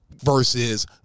Versus